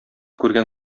күргән